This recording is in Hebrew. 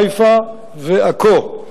חיפה ועכו.